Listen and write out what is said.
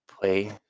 play